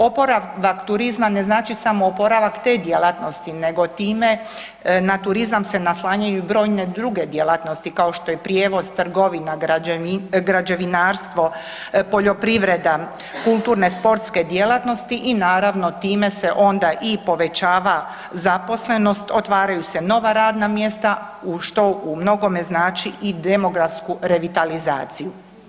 Oporavak turizma ne znači samo oporavak te djelatnosti, nego time na turizam se naslanjaju i brojne druge djelatnosti kao što je prijevoz, trgovina, građevinarstvo, poljoprivreda, kulturne, sportske djelatnosti i naravno time se onda i povećava zaposlenost, otvaraju se nova radna mjesta što u mnogome znači i demografsku revitalizaciju.